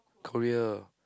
Korea